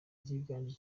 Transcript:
ryiganje